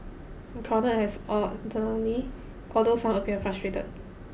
the crowd has orderly although some appeared frustrated